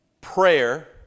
Prayer